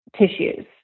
tissues